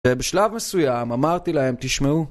בשלב מסוים אמרתי להם תשמעו